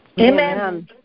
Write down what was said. Amen